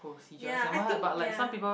ya I think ya